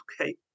okay